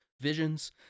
visions